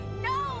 no